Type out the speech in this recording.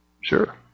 Sure